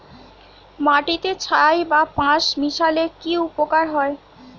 মাটিতে ছাই বা পাঁশ মিশালে কি উপকার হয়?